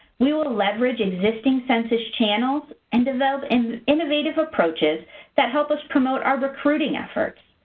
we will leverage existing census channels, and develop and innovative approaches that help us promote our recruiting efforts,